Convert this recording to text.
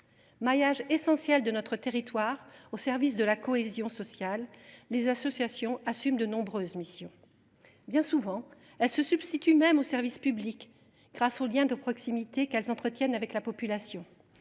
Maillage essentiel de notre territoire au service de la cohésion sociale, les associations assument de nombreuses missions. Bien souvent, elles se substituent même aux services publics, grâce au lien de proximité qu’elles entretiennent avec la population.